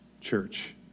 church